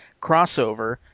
crossover